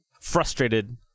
Frustrated